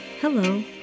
Hello